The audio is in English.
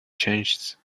changes